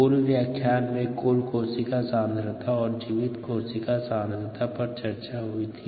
पूर्व व्याख्यान में कुल कोशिका सांद्रता और जीवित कोशिका सांद्रता पर चर्चा हुई थी